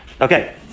Okay